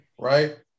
right